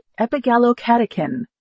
epigallocatechin